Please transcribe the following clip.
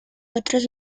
otros